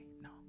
no